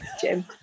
Jim